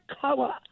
color